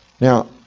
Now